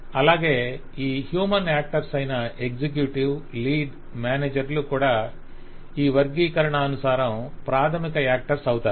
అలాగే ఈ human actors అయిన ఎగ్జిక్యూటివ్ లీడ్ మేనేజర్ లు కూడా ఈ వర్గీకరణానుసారం ప్రాథమిక యాక్టర్స్ అవుతారు